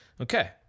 okay